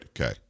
okay